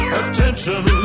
attention